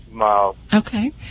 Okay